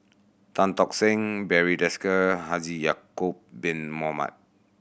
Tan Tock Seng Barry Desker Haji Ya'acob Bin Mohamed